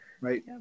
right